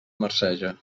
marceja